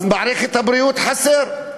למערכת הבריאות, חסר,